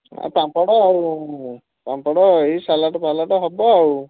ଆଉ ପାମ୍ପଡ଼ ଆଉ ପାମ୍ପଡ଼ ଏହି ସାଲାଡ଼୍ ଫାଲାଡ଼୍ ହେବ ଆଉ